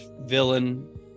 villain